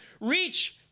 reach